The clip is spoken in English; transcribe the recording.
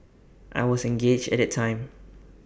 I was engaged at that time